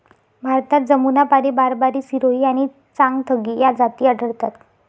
भारतात जमुनापारी, बारबारी, सिरोही आणि चांगथगी या जाती आढळतात